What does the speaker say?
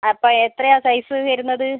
അപ്പോൾ എത്രയാണ് സൈസ് വരുന്നത്